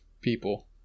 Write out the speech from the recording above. people